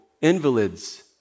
invalids